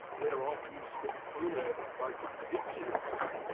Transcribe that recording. where of you speak truly by contradicting yourself.